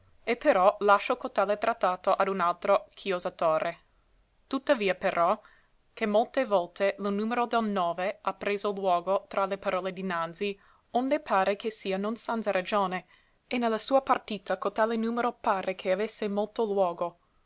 e però lascio cotale trattato ad altro chiosatore tuttavia però che molte volte lo numero del nove ha preso luogo tra le parole dinanzi onde pare che sia non sanza ragione e ne la sua partita cotale numero pare che avesse molto luogo